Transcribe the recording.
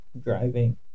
driving